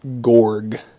gorg